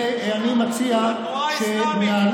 ואני מציע -- התנועה האסלאמית,